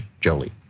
Jolie